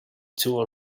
tool